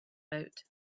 boat